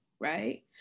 right